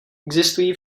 existují